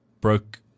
broke